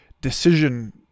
decision